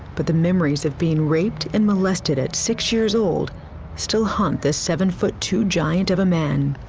but the memories of being raped and molested at six years old still haunt this seven two giant of a man.